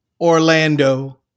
Orlando